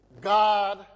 God